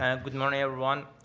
um good morning everyone.